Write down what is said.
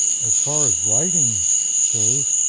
as far as writing goes,